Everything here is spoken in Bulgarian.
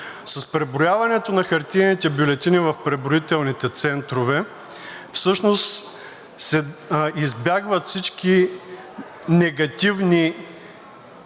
С преброяването на хартиените бюлетини в преброителните центрове всъщност се избягват всички негативни досега